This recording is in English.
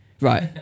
Right